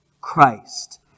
Christ